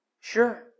sure